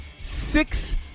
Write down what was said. Six